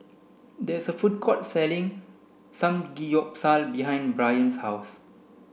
there is a food court selling Samgeyopsal behind Byron's house